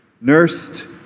Nursed